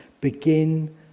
begin